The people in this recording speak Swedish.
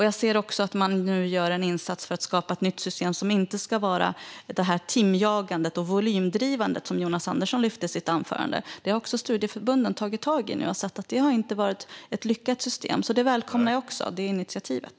Jag ser också att man nu gör en insats för att skapa ett nytt system som inte ska vara det timjagande och volymdrivande, som Johan Andersson lyfte fram i sitt anförande. Det har också studieförbunden tagit tag i nu, för de har sett att det inte har varit ett lyckat system. Detta initiativ välkomnar jag.